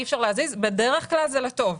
אי אפשר להזיז - כאשר בדרך כלל זה לטוב.